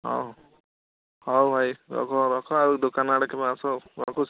ହଉ ହଉ ଭାଇ ରଖ ରଖ ଆଉ ଦୋକାନ ଆଡ଼େ କେବେ ଆସ ରଖୁଛି